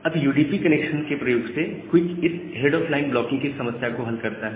अब UDP connection के प्रयोग से क्विक इस हेड ऑफलाइन ब्लॉकिंग की समस्या को हल करता है